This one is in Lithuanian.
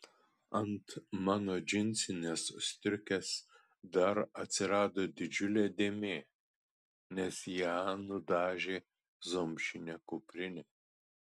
ant mano džinsinės striukės dar atsirado didžiulė dėmė nes ją nudažė zomšinė kuprinė